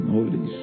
Holy